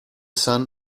son